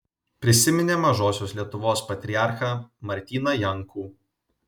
prisiminė mažosios lietuvos patriarchą martyną jankų